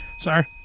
Sorry